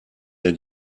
der